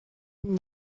team